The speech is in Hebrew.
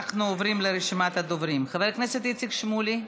אנחנו עוברים לרשימת הדוברים: חבר הכנסת איציק שמולי,